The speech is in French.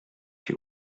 que